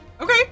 Okay